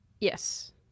Yes